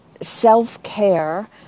self-care